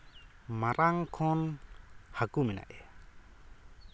ᱢᱟᱨᱟᱝ ᱠᱷᱚᱡ ᱦᱟᱹᱠᱩ ᱢᱮᱱᱟᱜᱮᱭᱟ